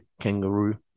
kangaroo